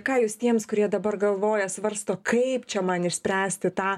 ką jūs tiems kurie dabar galvoja svarsto kaip čia man išspręsti tą